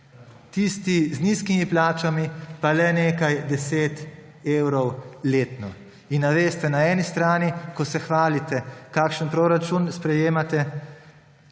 Tisti z nizkimi plačami pa le nekaj deset evrov letno. Veste, na eni strani se hvalite, kakšen proračun sprejemate,